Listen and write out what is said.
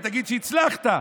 ותגיד שהצלחת.